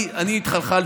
אני התחלחלתי.